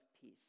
peace